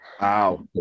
Wow